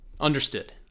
Understood